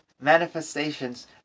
manifestations